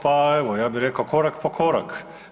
Pa evo ja bih rekao korak po korak.